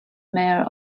mayor